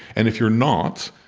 and if you're not,